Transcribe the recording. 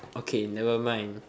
okay nevermind